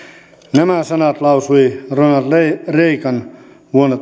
nämä sanat lausui ronald reagan vuonna